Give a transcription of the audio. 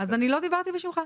אז לא דיברתי בשמך.